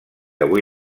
avui